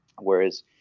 Whereas